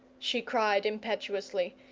she cried impetuously.